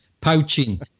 poaching